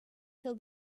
till